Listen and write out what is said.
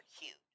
cute